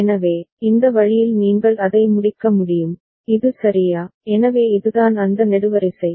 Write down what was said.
எனவே இந்த வழியில் நீங்கள் அதை முடிக்க முடியும் இது சரியா எனவே இதுதான் அந்த நெடுவரிசை